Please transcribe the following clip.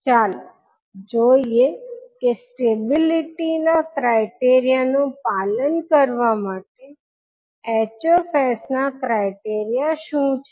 ચાલો જોઈએ કે સ્ટેબિલિટી ના ક્રાઇટેરીઆ નું પાલન કરવા માટે 𝐻𝑠ના ક્રાઇટેરીઆ શું છે